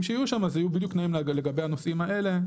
שיהיו שם אלה בדיוק תנאים לגבי הנושאים האל.